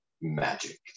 magic